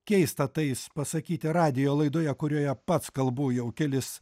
keistą tais pasakyti radijo laidoje kurioje pats kalbu jau kelis